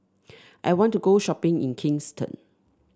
I want to go shopping in Kingston